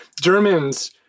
Germans